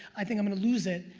i think i'm gonna lose it,